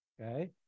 Okay